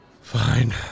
Fine